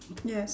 yes